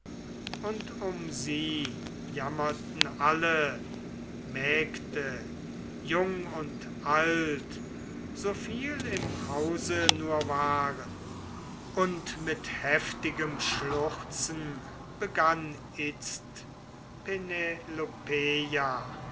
und um sie jammerten alle mägde jung und alt so viel im hause nur waren und mit heftigem schluchzen begann itzt